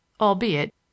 albeit